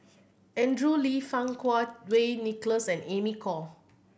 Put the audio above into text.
Andrew Lee Fang Kuo Wei Nicholas and Amy Khor